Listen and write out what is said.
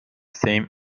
same